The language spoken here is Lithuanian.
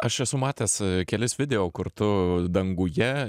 aš esu matęs kelis video kur tu danguje